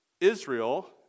Israel